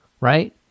right